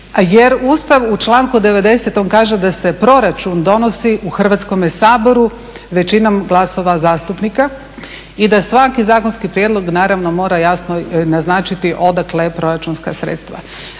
Jer Ustav u članku '90.-tom kaže da se proračun donosi u Hrvatskome saboru većinom glasova zastupnika i da svaki zakonski prijedlog naravno mora jasno naznačiti odakle proračunska sredstava.